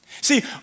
See